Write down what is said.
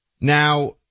Now